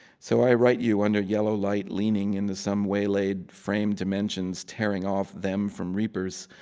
so i write you under yellow light leaning into some waylaid frame dimensions, tearing off them from reapers.